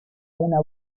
una